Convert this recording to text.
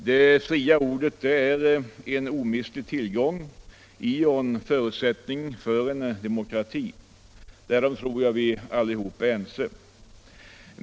Det fria ordet är en omistlig tillgång i och en förutsättning för en demokrati. Därom tror jag att vi alla är ense.